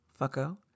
fucko